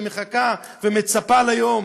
מחכה ומצפה ליום.